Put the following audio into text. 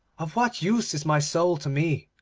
of what use is my soul to me?